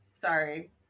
Sorry